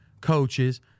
coaches